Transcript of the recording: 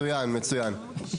מצוין, מצוין.